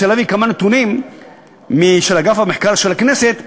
רוצה להביא כמה נתונים של מרכז המחקר של הכנסת,